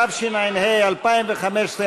התשע"ה 2015,